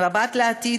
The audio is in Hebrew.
במבט לעתיד,